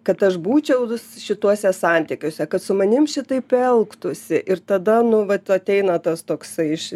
kad aš būčiau dus šituose santykiuose kad su manim šitaip elgtųsi ir tada nu vat ateina tas toksai iš